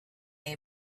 been